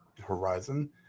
Horizon